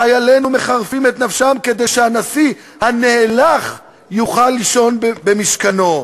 חיילינו מחרפים את נפשם כדי שהנשיא הנאלח יוכל לישון במשכנו.